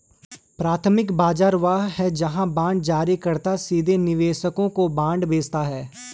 प्राथमिक बाजार वह है जहां बांड जारीकर्ता सीधे निवेशकों को बांड बेचता है